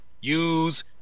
use